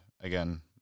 again